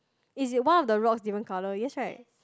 is it one of the rock different colour yes right